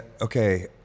okay